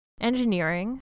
engineering